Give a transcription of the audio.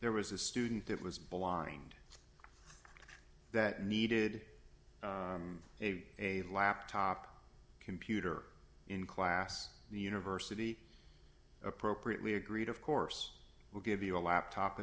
there was a student that was blind that needed a a laptop computer in class the university appropriately agreed of course will give you a laptop